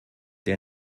der